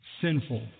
sinful